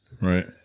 right